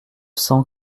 cent